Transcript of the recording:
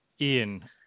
Ian